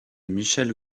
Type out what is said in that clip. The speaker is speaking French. michelle